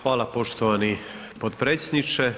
Hvala poštovani potpredsjedniče.